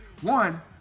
One